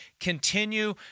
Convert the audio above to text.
Continue